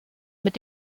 mit